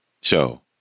Show